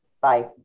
Bye